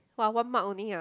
!wah! one mark only ah